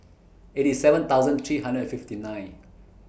eighty seven thousand three hundred and fifty nine